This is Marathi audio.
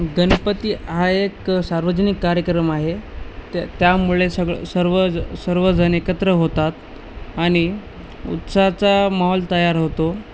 गणपती हा एक सार्वजनिक कार्यक्रम आहे त्या त्यामुळे सगळे सर्वजण सर्वजण एकत्र होतात आणि उत्साहाचा माहोल तयार होतो